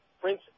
Prince